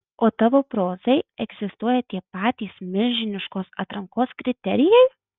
o tavo prozai egzistuoja tie patys milžiniškos atrankos kriterijai